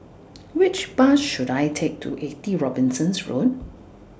Which Bus should I Take to eighty Robinson's Road